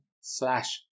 slash